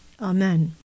Amen